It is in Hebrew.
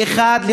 ואחת,